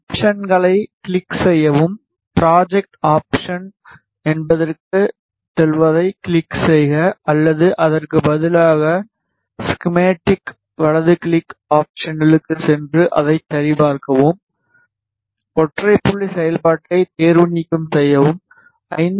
ஆப்ஷன்களை click செய்யவும் project ஆப்சன்கள் என்பதற்குச் செல்வதைக் கிளிக் செய்க அல்லது அதற்கு பதிலாக ஸ்கிமெடிக்காக வலது கிளிக் ஆப்சன்களுக்கு சென்று அதைச் சரிபார்க்கவும் ஒற்றை புள்ளி செயல்பாட்டைத் தேர்வுநீக்கம் செய்யவும் 5